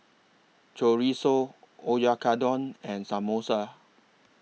Chorizo Oyakodon and Samosa